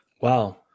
Wow